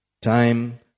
Time